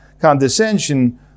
condescension